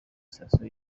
sitasiyo